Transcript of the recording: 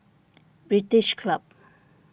British Club